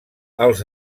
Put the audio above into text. els